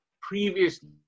previously